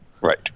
Right